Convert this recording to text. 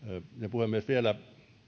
puhemies